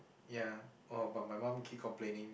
ya orh but my mum keep complaining